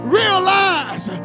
realize